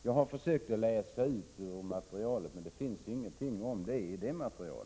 Jag har försökt hitta något om dem också, men det finns ingenting om den saken i detta material.